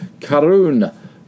Karun